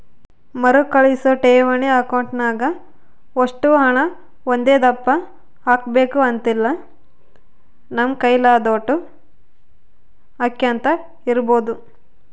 ಮರುಕಳಿಸೋ ಠೇವಣಿ ಅಕೌಂಟ್ನಾಗ ಒಷ್ಟು ಹಣ ಒಂದೇದಪ್ಪ ಹಾಕ್ಬಕು ಅಂತಿಲ್ಲ, ನಮ್ ಕೈಲಾದೋಟು ಹಾಕ್ಯಂತ ಇರ್ಬೋದು